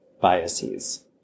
biases